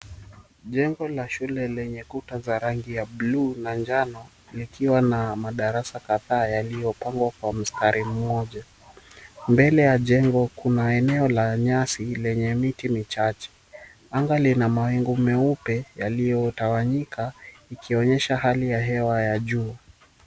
Jengo la shule lenye kuta za rangi ya buluu na njano likiwa na madarasa kadhaa yaliopangwa kwa mstari mmoja. Mbele ya jengo kuna eneo la nyasi lenye miti michache. Anga lina mawingu meupe yaliyotawanyika ikionyesha hali ya hewa ya juu.